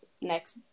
next